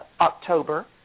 October